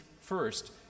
first